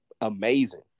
amazing